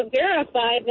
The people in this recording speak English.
verify